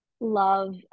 love